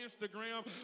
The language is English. Instagram